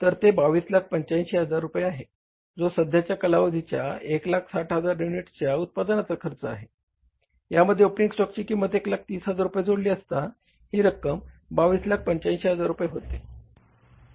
तर ते 2285000 रुपये आहे जो सध्याच्या कालावधीच्या 160000 युनिट्सच्या उत्पादनाचा खर्च आहे यामध्ये ओपनिंग स्टॉकची किंमत 130000 रुपये जोडली असता ही रक्कम 2285000 रुपये येते